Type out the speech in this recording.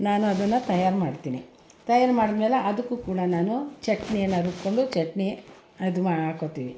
ನಾನು ಅದನ್ನು ತಯಾರು ಮಾಡ್ತೀನಿ ತಯಾರು ಮಾಡಾದ್ಮೇಲೆ ಅದಕ್ಕೂ ಕೂಡ ನಾನು ಚಟ್ನಿಯನ್ನು ರುಬ್ಬಿಕೊಂಡು ಚಟ್ನಿ ಅದು ಮಾಡ್ಕೊಳ್ತೀವಿ